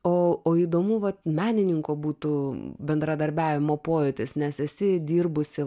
o o įdomu vat menininko būtų bendradarbiavimo pojūtis nes esi dirbusi